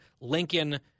Lincoln